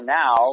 now